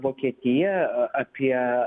vokietija apie